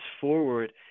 forward